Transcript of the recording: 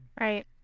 Right